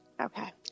Okay